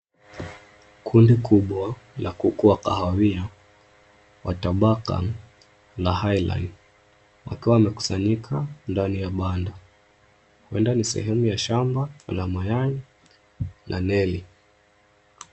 Kundi kubwa la kuku wa kahawia wa tabaka la cs[hyline]cs wakiwa wamekusanyika ndani ya banda. Huenda ni sehemu ya shamba la mayai la neli.